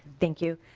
thank you.